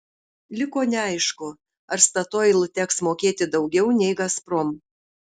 liko neaišku ar statoil teks mokėti daugiau nei gazprom